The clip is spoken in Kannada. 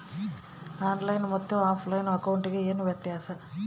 ಆನ್ ಲೈನ್ ಮತ್ತೆ ಆಫ್ಲೈನ್ ಅಕೌಂಟಿಗೆ ಏನು ವ್ಯತ್ಯಾಸ?